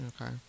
Okay